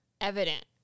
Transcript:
evident